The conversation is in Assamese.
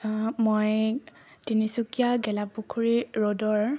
মই তিনিচুকীয়া গেলাপুখুৰী ৰোডৰ